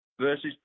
versus